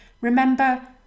remember